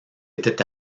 était